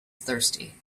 thirsty